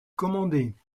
commandés